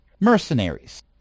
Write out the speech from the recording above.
Mercenaries